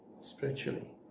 spiritually